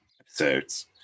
Episodes